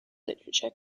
literature